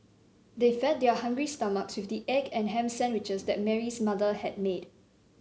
they fed their hungry stomachs with the egg and ham sandwiches that Mary's mother had made